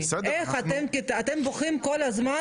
אבל תכלס,